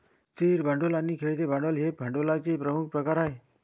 स्थिर भांडवल आणि खेळते भांडवल हे भांडवलाचे प्रमुख प्रकार आहेत